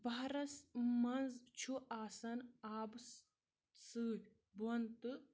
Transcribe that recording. بہارَس منٛز چھُ آسان آبہٕ سۭتۍ بۄن تہٕ